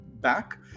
back